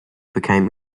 became